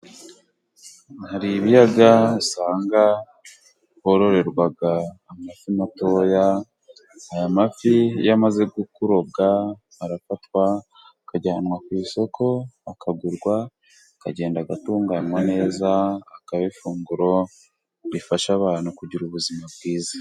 Har'ibiyaga usanga hororerwa amafi matoya, aya mafi iyo amaze kurobwa arafatwa akajyanwa ku isoko akagurwa, akagenda agatunganywa neza, akaba ifunguro rifasha abantu kugira ubuzima bwiza.